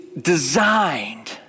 designed